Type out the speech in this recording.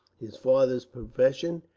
his father's profession,